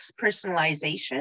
personalization